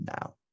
now